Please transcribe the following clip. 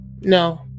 No